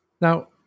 Now